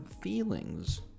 feelings